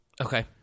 Okay